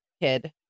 kid